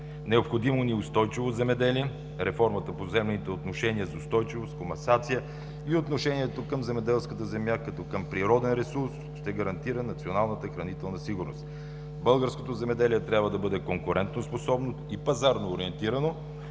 Необходимо ни е устойчиво земеделие. Реформата в поземлените отношения за устойчивост, комасация и отношението към земеделската земя като към природен ресурс ще гарантира националната хранителна сигурност. Българското земеделие трябва да бъде конкурентоспособно и пазарно ориентирано.